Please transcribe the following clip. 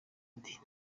ati